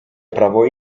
prawo